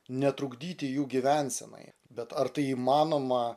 netrukdyti jų gyvensenai bet ar tai įmanoma